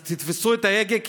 אז תתפסו את ההגה,